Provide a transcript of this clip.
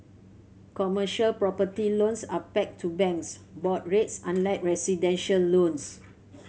commercial property loans are pegged to banks board rates unlike residential loans